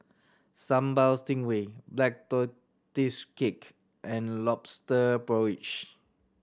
Sambal Stingray Black Tortoise Cake and Lobster Porridge